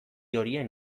horien